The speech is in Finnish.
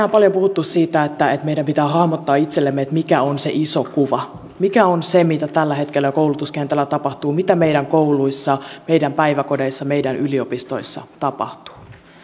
on tänään paljon puhuttu siitä että että meidän pitää hahmottaa itsellemme mikä on se iso kuva mikä on se mitä tällä hetkellä koulutuskentällä tapahtuu mitä meidän kouluissamme meidän päiväkodeissamme meidän yliopistoissamme tapahtuu